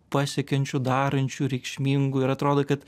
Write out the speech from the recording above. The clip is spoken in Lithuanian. pasiekiančiu darančiu reikšmingu ir atrodo kad